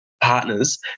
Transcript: partners